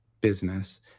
business